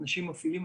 אנשים מפעילים,